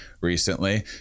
recently